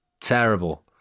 Terrible